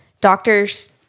doctors